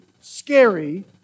scary